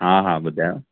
हा हा ॿुधायो